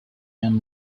and